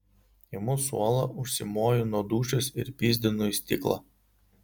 imu suolą užsimoju nuo dūšios ir pyzdinu į stiklą